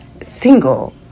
single